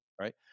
right